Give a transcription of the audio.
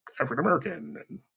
African-American